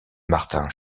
martin